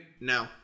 no